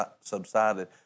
subsided